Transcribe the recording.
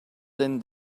than